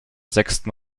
sechsten